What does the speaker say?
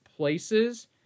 places